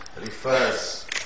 refers